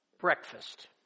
breakfast